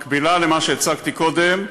מקבילה למה שהצגתי קודם,